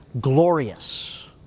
glorious